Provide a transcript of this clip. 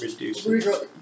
Reduce